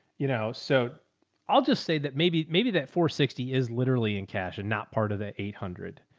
you know, so i'll just say that maybe, maybe that four sixty is literally in cash and not part of the eight hundred.